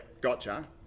gotcha